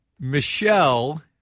Michelle